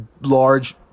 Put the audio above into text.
large